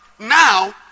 Now